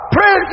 Pray